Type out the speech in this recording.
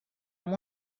amb